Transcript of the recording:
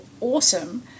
awesome